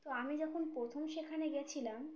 তো আমি যখন প্রথম সেখানে গিয়েছিলাম